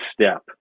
step